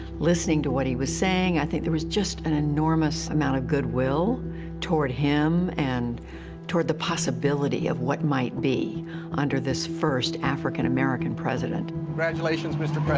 listening to what he was saying. i think, there was just an enormous amount of good will toward him and toward the possibility of what might be under this first african-american president. congratulations, mr. but